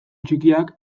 txikiak